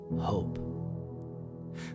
hope